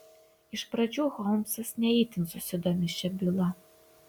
iš pradžių holmsas ne itin susidomi šia byla